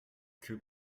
que